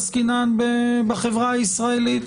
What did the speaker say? עסקינן בחברה הישראלית,